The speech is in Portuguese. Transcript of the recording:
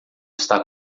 está